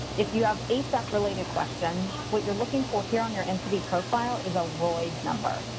if you have asap-related questions, what you're looking for here on your entity profile is a roid number.